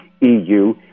EU